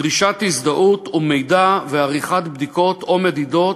דרישת הזדהות ומידע ועריכת בדיקות או מדידות.